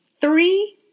three